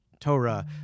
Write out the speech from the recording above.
Torah